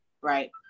right